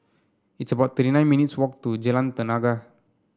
it's about thirty nine minutes' walk to Jalan Tenaga